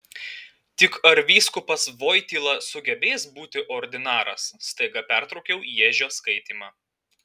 tik ar vyskupas voityla sugebės būti ordinaras staiga pertraukiau ježio skaitymą